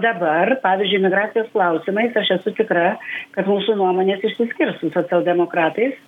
dabar pavyzdžiui migracijos klausimais aš esu tikra kad mūsų nuomonės išsiskirs su socialdemokratais